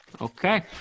Okay